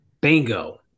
Bingo